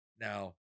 Now